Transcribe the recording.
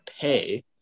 pay